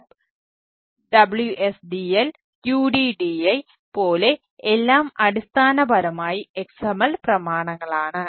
SOAP WSDL UDDI പോലെ എല്ലാം അടിസ്ഥാനപരമായി XML പ്രമാണങ്ങളാണ്